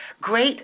great